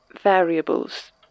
variables